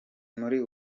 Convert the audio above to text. muri